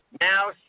Now